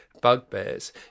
bugbears